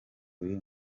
uri